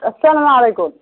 اَسلام علیکُم